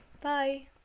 bye